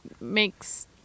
makes